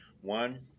One